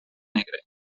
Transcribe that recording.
negre